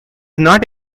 not